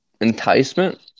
enticement